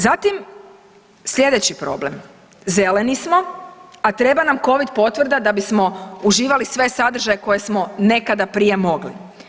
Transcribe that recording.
Zatim, slijedeći problem, zeleni smo a treba nam Covid potvrda da bismo uživali sve sadržaje koje smo nekada prije mogli.